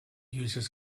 uses